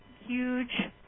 huge